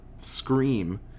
scream